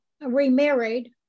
remarried